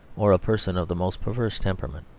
or a person of the most perverse temperament.